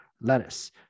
Lettuce